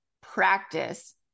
practice